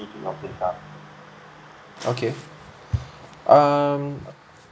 okay um